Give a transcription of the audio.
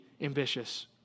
ambitious